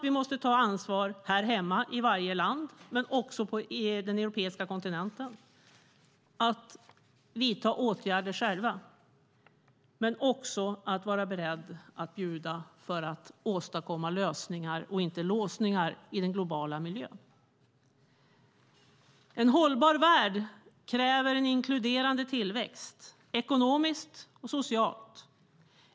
Vi måste ta ansvar här hemma men också på den europeiska kontinenten och vidta åtgärder själva. Vi måste också vara beredda att bjuda till för att åstadkomma lösningar och inte låsningar i den globala miljön. En hållbar värld kräver en inkluderande ekonomisk och social tillväxt.